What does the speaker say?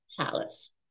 palace